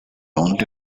only